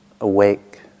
awake